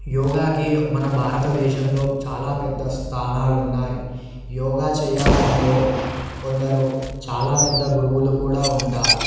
యోగాకి మన భారత దేశంలో చాలా పెద్ద స్థానాలు ఉన్నాయి యోగా చేయాలంటే కొందరు చాలా పెద్ద గురువులు కూడా ఉంటారు